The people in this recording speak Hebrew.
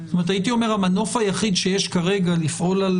הייתי אומר שהמנוף היחיד שיש כרגע לפעול על